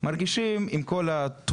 כמו חברת הכנסת מלינובסקי שדיברה לפני,